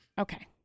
okay